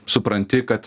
supranti kad